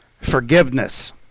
forgiveness